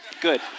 Good